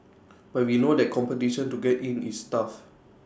but we know that competition to get in is tough